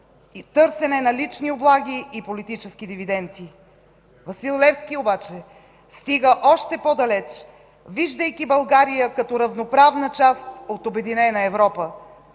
и търсене на лични облаги и политически дивиденти. Васил Левски обаче стига още по-далеч, виждайки България като равноправна част от обединена Европа: